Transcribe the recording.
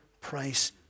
price